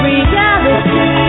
Reality